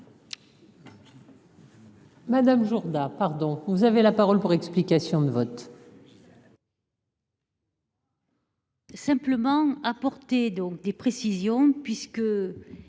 Madame Jourda, pardon, vous avez la parole pour explication de vote. Simplement apporter donc des précisions puisque